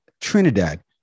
Trinidad